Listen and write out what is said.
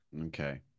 Okay